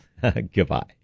goodbye